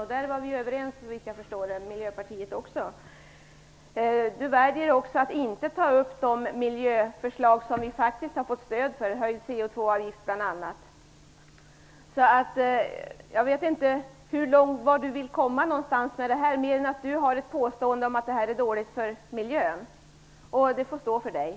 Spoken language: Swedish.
På den punkten var vi, såvitt jag förstår, överens med Birger Schlaug väljer att inte ta upp de miljöförslag som vi faktiskt fått stöd för: höjd CO2 Jag vet inte vart Birger Schlaug vill komma mer än att han påstår att detta är dåligt för miljön. Det får stå för honom.